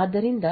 ಆದ್ದರಿಂದ